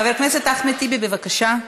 חבר הכנסת אחמד טיבי, בבקשה.